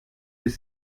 les